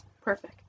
Perfect